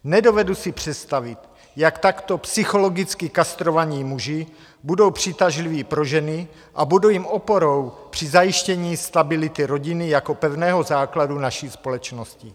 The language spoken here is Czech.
Nedovedu si představit, jak takto psychologicky kastrovaní muži budou přitažliví pro ženy a budou jim oporou při zajištění stability rodiny jako pevného základu naší společnosti.